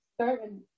certain